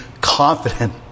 confident